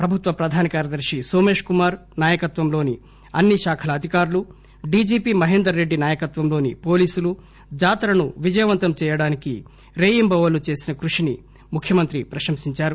ప్రభుత్వ ప్రధాన కార్యదర్శి నోమేష్ కుమార్ నాయకత్వంలోని అన్ని శాఖల అధికారులు డిజిపి మహేందర్ రెడ్డి నాయకత్వంలోని పోలీసులు జాతరను విజయవంతం చేయడానికి రేయింబవళ్లు చేసిన కృషిని ముఖ్యమంత్రి ప్రశంసించారు